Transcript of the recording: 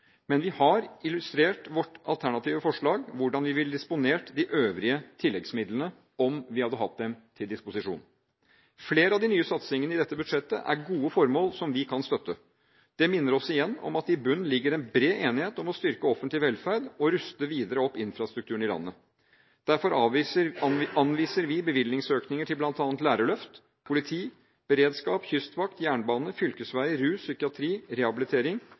men vi har illustrert i vårt alternative forslag hvordan vi ville disponert de øvrige tilleggsmidlene om vi hadde hatt dem til disposisjon. Flere av de nye satsingene i dette budsjettet er gode formål som vi kan støtte. Det minner oss igjen om at det i bunnen ligger en bred enighet om å styrke offentlig velferd og å ruste videre opp infrastrukturen i landet. Derfor anviser vi bevilgningsøkninger til bl.a. lærerløft, politi, beredskap, kystvakt, jernbane, fylkesveier, rus, psykiatri, rehabilitering